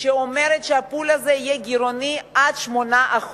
שאומרת ש"הפול" הזה יהיה גירעוני עד 8%,